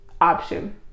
option